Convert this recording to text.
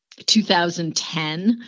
2010